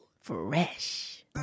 fresh